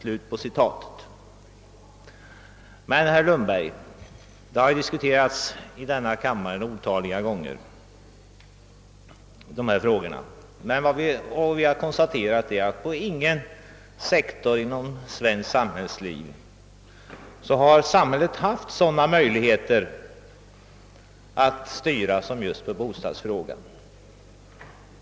Dessa frågor har ju diskuterats otaliga gånger i denna kammare, och vi har konstaterat att samhället inte på någon sektor inom svenskt samhällsliv haft sådana möjligheter att styra som just på bostadssektorn.